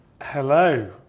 Hello